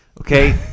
okay